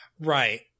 Right